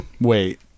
Wait